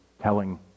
telling